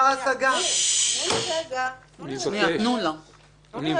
תנו לי רגע לסיים.